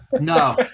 No